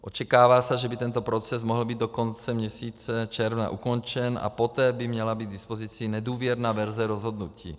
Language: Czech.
Očekává se, že by tento proces mohl být do konce měsíce června ukončen, a poté by měla být k dispozici nedůvěrná verze rozhodnutí.